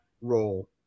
role